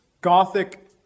gothic